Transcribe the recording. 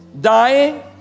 dying